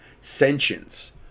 sentience